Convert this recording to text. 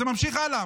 זה ממשיך הלאה,